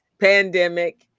pandemic